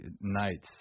nights